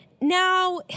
Now